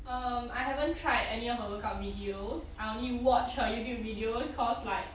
um I haven't tried any of her workout videos I only watch her youtube video cause like